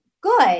good